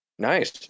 Nice